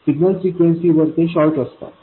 signal frequency वर ते short असतात